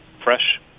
fresh